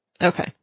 Okay